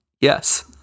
Yes